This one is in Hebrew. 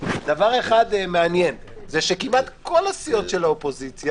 דבר אחד מעניין זה שכמעט כל הסיעות של האופוזיציה